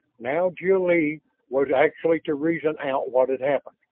now jil-lee was actually to reason out what had happened.